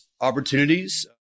opportunities